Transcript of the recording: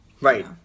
Right